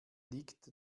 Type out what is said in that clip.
liegt